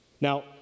Now